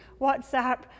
WhatsApp